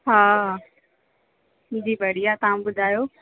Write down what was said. हा जी बढ़िया तव्हां ॿुधायो